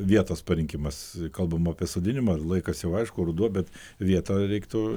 vietos parinkimas kalbam apie sodinimą ir laikas jau aišku ruduo bet vietą reiktų